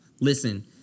Listen